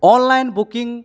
online booking